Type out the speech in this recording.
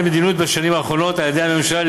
מדיניות בשנים האחרונות מצד הממשלה,